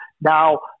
now